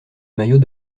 maillot